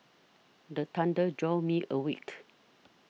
the thunder jolt me awake